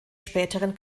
späteren